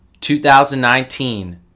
2019